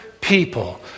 people